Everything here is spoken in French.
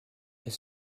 elle